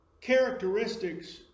characteristics